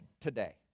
today